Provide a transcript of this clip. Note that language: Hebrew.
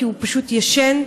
כי הוא פשוט ישן.